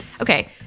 Okay